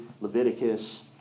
Leviticus